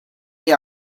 they